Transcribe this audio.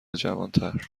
جوانتر